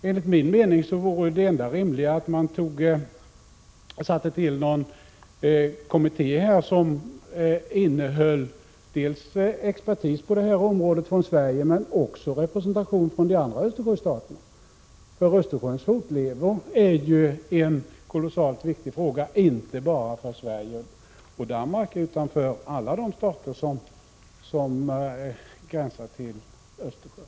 Enligt min mening vore det enda rimliga att man här tillsatte en kommitté som innehöll dels svensk expertis på detta område, dels också representanter för de andra Östersjöstaterna. Östersjöns fortlevnad är en viktig fråga inte bara för Sverige och Danmark utan för alla de stater som gränsar till Östersjön.